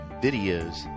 videos